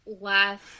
last